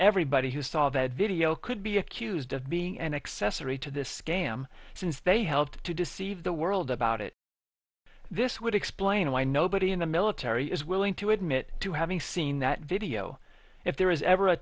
everybody who saw that video could be accused of being an accessory to the scam since they helped to deceive the world about it this would explain why nobody in the military is willing to admit to having seen that video if there is ever a